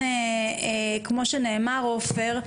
עופר,